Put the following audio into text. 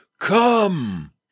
Come